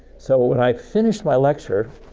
so, when i finished my lecture,